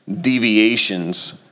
deviations